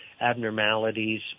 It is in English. abnormalities